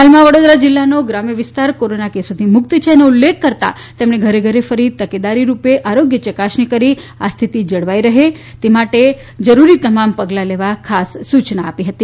હાલમાં વડોદરા જિલ્લાનો ગ્રામ વિસ્તાર કોરોના કેસોથી મુક્ત છે એનો ઉલ્લેખ કરતાં તેમણે ઘેર ઘેર ફરીને તકેદારી રૂપ આરોગ્ય યકાસણી કરી આ સ્થિતિ જળવાય રહે એ માટે જરૂરી તમામ પગલાં લેવા ખાસ સૂચના આપી હતી